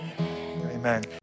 Amen